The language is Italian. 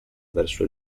verso